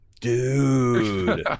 Dude